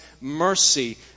mercy